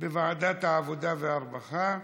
בוועדת העבודה והרווחה.